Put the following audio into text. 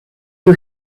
you